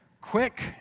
quick